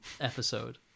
episode